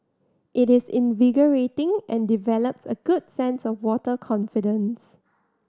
it is invigorating and develops a good sense of water confidence